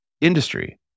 industry